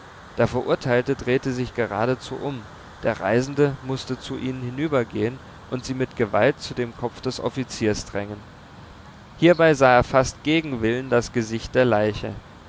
der verurteilte drehte sich geradezu um der reisende mußte zu ihnen hinübergehen und sie mit gewalt zu dem kopf des offiziers drängen hierbei sah er fast gegen willen das gesicht der leiche